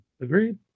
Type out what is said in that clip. Agreed